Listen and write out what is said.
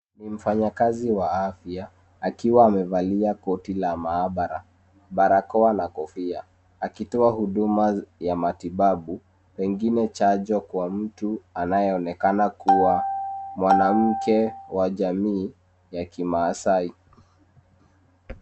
Ni mfanyakazi wa afya akiwa amevalia koti la maabara, barakoa na kofia akitoa huduma za matibabu pengine chanjo kwa mtu anayeonekana kuwa mwanamke wa jamii ya kimaasai.